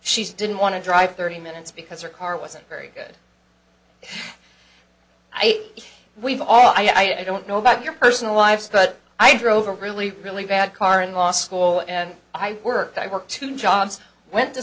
she didn't want to drive thirty minutes because her car wasn't very good i we've all i don't know about your personal lives but i drove a really really bad car in law school and i worked i worked two jobs went to